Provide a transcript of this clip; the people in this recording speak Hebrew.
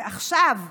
ועכשיו בגללך,